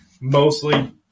mostly